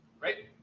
right